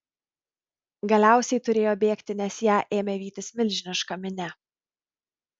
galiausiai turėjo bėgti nes ją ėmė vytis milžiniška minia